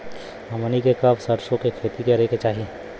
हमनी के कब सरसो क खेती करे के चाही?